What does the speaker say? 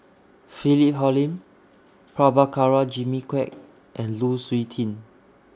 Philip Hoalim Prabhakara Jimmy Quek and Lu Suitin